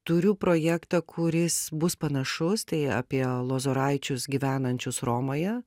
turiu projektą kuris bus panašus tai apie lozoraičius gyvenančius romoje